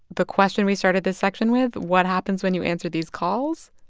the question we started this section with what happens when you answer these calls?